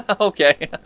Okay